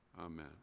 Amen